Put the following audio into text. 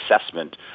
assessment